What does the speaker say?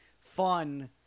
fun-